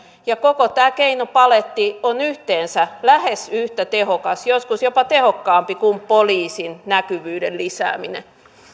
koko tämä keinopaletti on yhteensä lähes yhtä tehokas joskus jopa tehokkaampi kuin poliisin näkyvyyden lisääminen